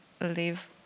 live